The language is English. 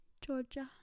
Georgia